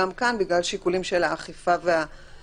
גם כאן, בגלל שיקולים של האכיפה והפיקוח.